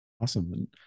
Awesome